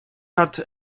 had